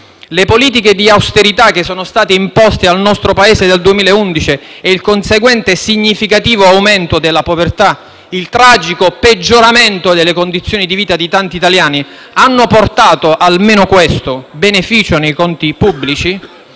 Le politiche di austerità che sono state imposte al nostro Paese dal 2011 e il conseguente, significativo aumento della povertà, il tragico peggioramento delle condizioni di vita di tanti italiani hanno portato - almeno questo - beneficio nei conti pubblici?